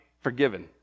forgiven